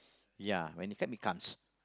ya when it come it comes